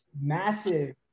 massive